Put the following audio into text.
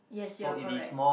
yes you are correct